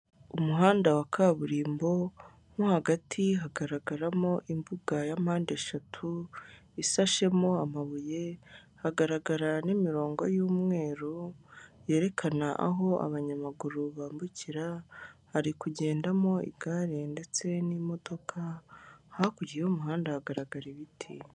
Umuhanda wa kaburimbo mo hagati hagaragara mo imbuga ya mpande eshatu ishashemo amabuye, hagaragara n'imirongo y'umweru yerekana aho abanyamaguru bambukira, hari kugendamo igare ndetse n'imodoka hakurya y'umuhanda hagaragara ibiti.